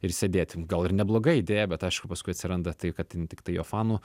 ir sėdėti gal ir nebloga idėja bet aišku paskui atsiranda tai kad ten tiktai jo fanų